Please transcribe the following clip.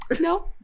no